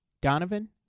Donovan